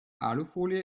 alufolie